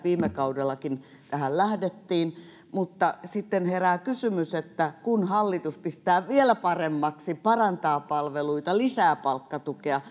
viime kaudellakin tähän lähdettiin mutta sitten herää kysymys että kun hallitus pistää vielä paremmaksi parantaa palveluita lisää palkkatukea